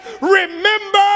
Remember